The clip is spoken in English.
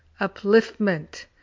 upliftment